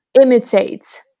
imitate